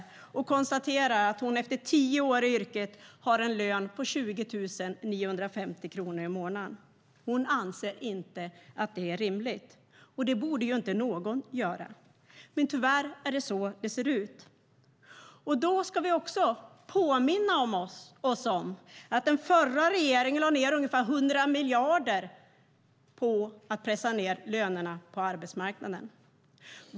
Hon konstaterar att hon efter tio år i yrket har en lön på 20 950 kronor i månaden. Hon anser inte att det är rimligt - det borde inte någon göra. Men tyvärr är det så det ser ut. Då ska vi också påminna oss om att den förra regeringen lade ned ungefär 100 miljarder på att pressa ned lönerna på arbetsmarknaden.